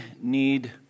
need